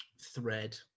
thread